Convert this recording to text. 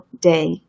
day